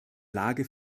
lage